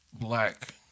black